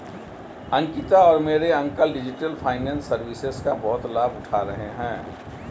अंकिता और मेरे uncle digital finance services का बहुत लाभ उठा रहे हैं